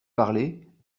parler